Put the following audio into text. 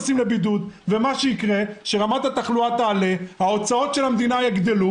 מה שיקרה הוא שרמת התחלואה תעלה והוצאות המדינה יגדלו,